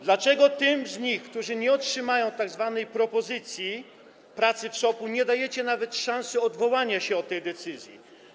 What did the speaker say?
Dlaczego tym z nich, którzy nie otrzymają tzw. propozycji pracy w SOP, nie dajecie nawet szansy odwołania się od tej decyzji?